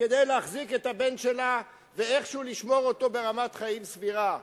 כדי להחזיק את הבן שלה ואיכשהו לשמור אותו ברמת חיים סבירה.